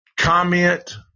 Comment